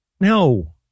No